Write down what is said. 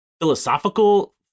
philosophical